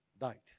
died